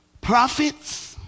prophets